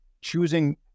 choosing